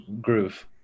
groove